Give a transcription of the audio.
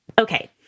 Okay